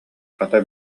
хата